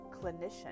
clinician